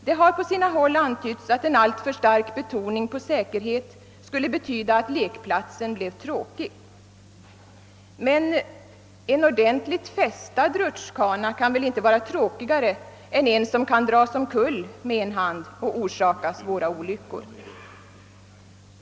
Det har på sina håll antytts att en alltför stark betoning på säkerhet skulle betyda att lekplatsen blev tråkig. Men en ordentligt fästad rutschbana kan väl inte vara tråkigare än en som kan dras omkull med en hand och orsaka svåra olyckor.